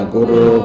Guru